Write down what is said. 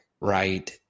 right